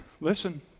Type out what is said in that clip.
listen